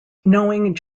knowing